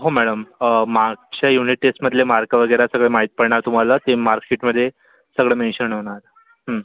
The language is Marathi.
हो मॅडम मागच्या युनिट टेस्टमधले मार्क वगैरे सगळं माहीत पडणार तुम्हाला ते मार्कशीटमध्ये सगळं मेंशन होणार हं